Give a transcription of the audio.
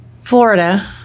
Florida